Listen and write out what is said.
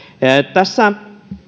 tässä